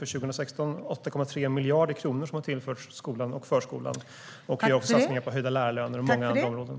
För 2016 har 8,3 miljarder tillförts till skolan och förskolan. Vi gör också satsningar på höjda lärarlöner och många andra områden.